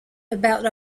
about